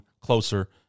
closer